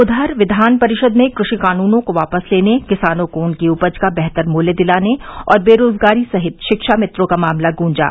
उधर विधान परिषद में कृषि कानूनों को वापस लेने किसानों को उनकी उपज का बेहतर मूल्य दिलाने और बेरोजगारी सहित शिक्षामित्रों का मामला गुंजा